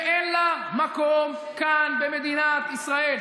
ואין לה מקום כאן במדינת ישראל.